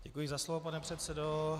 Děkuji za slovo, pane předsedo.